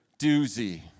doozy